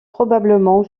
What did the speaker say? probablement